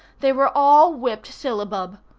they were all whipped syllabub.